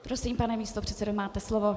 Prosím, pane místopředsedo, máte slovo.